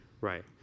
Right